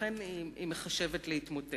אכן, היא מחשבת להתמוטט.